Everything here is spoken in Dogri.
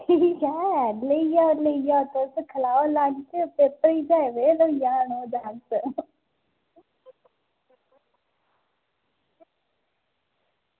ठीक ऐ लेई लेई जाओ तुस ते खलाओ लाड़ियै गी